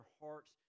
hearts